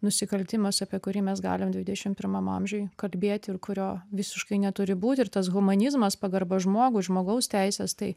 nusikaltimas apie kurį mes galim dvidešim pirmam amžiuj kalbėti ir kurio visiškai neturi būti ir tas humanizmas pagarba žmogui žmogaus teisės tai